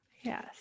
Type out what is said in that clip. Yes